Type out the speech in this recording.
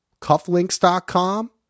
Cufflinks.com